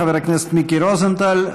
חבר הכנסת מיקי רוזנטל.